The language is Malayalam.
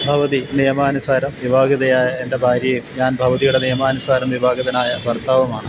ഭവതി നിയമാനുസരണം വിവാഹിതയായ എൻ്റെ ഭാര്യയും ഞാൻ ഭവതിയുടെ നിയമാനുസരണം വിവാഹിതനായ ഭർത്താവുമാണ്